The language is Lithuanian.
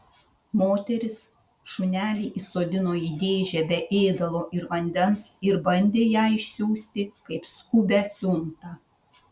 moteris šunelį įsodino į dėžę be ėdalo ir vandens ir bandė ją išsiųsti kaip skubią siuntą